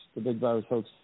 thebigvirushoax